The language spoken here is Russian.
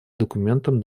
документам